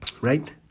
Right